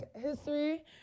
history